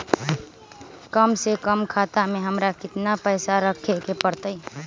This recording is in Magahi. कम से कम खाता में हमरा कितना पैसा रखे के परतई?